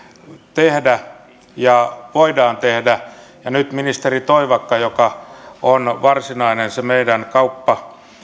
tehdä ja voidaan tehdä nyt ministeri toivakka joka on varsinainen meidän